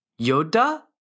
Yoda